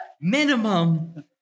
minimum